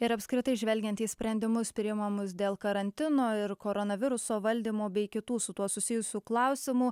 ir apskritai žvelgiant į sprendimus priimamus dėl karantino ir koronaviruso valdymo bei kitų su tuo susijusių klausimų